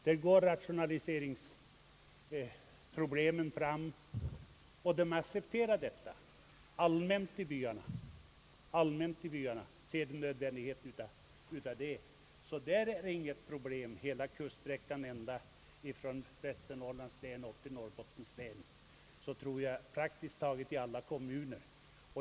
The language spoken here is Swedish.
Där går rationaliseringen fram och accepteras allmänt i byarna, eftersom man ser att den är nödvändig. Jag tror att detta gäller praktiskt taget i alla kommuner på hela kuststräckan ända från Västernorrlands län upp till Norrbottens län.